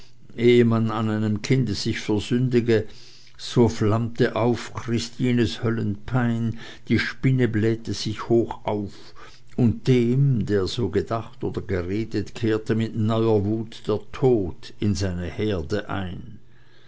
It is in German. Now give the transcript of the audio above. man an einem kinde sich versündige so flammte auf christines höllenpein die spinne blähte sich hochauf und dem der so gedacht oder geredet kehrte mit neuer wut der tod in seine herde ein